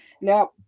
Now